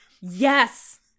yes